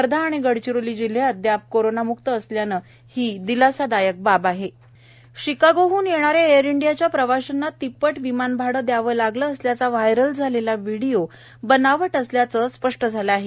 वर्धा आणि गडचरोली जिल्हे अद्याप कोरोना म्क्त असल्याने हि दिलासादायक बाब आहे शिकागोह्न येणाऱ्या एअर इंडियाच्या प्रवाशांना तिप्पट विमान भाडे द्यावे लागले असल्याचा व्हायरल झालेला व्हिडिओ बनावट असल्याचे स्पष्ट झाले आहे